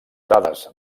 dades